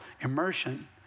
immersion